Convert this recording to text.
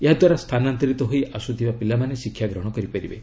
ଏହାଦ୍ୱାରା ସ୍ଥାନାନ୍ତରିତ ହୋଇ ଆସୁଥିବା ପିଲାମାନେ ଶିକ୍ଷାଗ୍ରହଣ କରିପାରିବେ